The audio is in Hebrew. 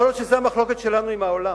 יכול להיות שזאת המחלוקת שלנו עם העולם.